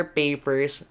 papers